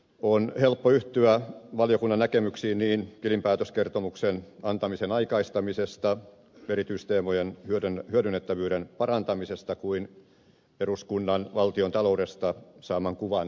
on helppo yhtyä valiokunnan näkemyksiin niin tilinpäätöskertomuksen antamisen aikaistamisesta erityisteemojen hyödynnettävyyden parantamisesta kuin eduskunnan valtionta loudesta saaman kuvan parantamisestakin